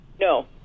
No